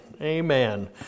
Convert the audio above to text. amen